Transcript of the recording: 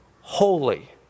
holy